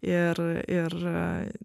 ir ir